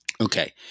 Okay